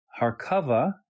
Harkava